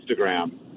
Instagram